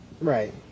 Right